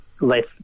less